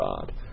God